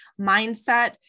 mindset